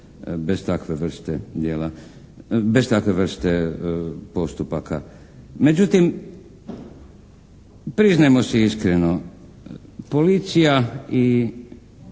bez takve vrste postupaka. Međutim, priznajmo svi iskreno. Policija i